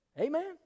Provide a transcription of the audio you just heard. Amen